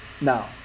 now